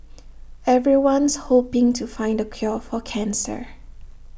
everyone's hoping to find the cure for cancer